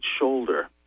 shoulder